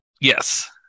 Yes